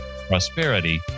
prosperity